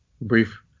brief